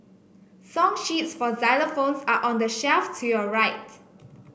song sheets for xylophones are on the shelf to your right